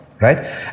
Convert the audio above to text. right